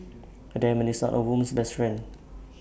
A diamond is not A woman's best friend